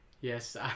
Yes